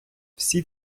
всі